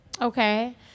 Okay